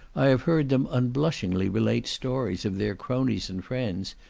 i have heard them unblushingly relate stories of their cronies and friends,